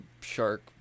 shark